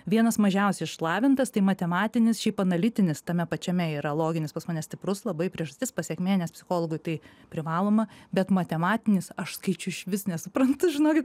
vienas mažiausiai išlavintas tai matematinis šiaip analitinis tame pačiame yra loginis pas mane stiprus labai priežastis pasekmė nes psichologui tai privaloma bet matematinis aš skaičių išvis nesuprantu žinokit